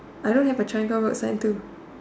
I don't have a triangle road sign too